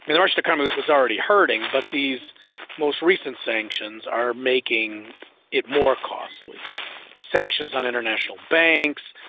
the russian economy was was already hurting, but these most recent sanctions are making it more costly sanctions on international banks,